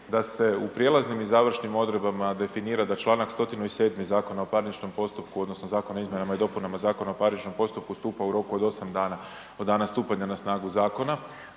da se u prijelaznim i završnim odredbama definira da članak 107. ZPP-a odnosno zakona o izmjenama i dopunama ZPP-a stupa u roku od 8 dana od dana stupanja na snagu zakona,